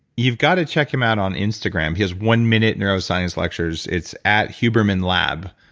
you've got to check him out on instagram, he has one-minute neuroscience lectures. it's at huberman lab,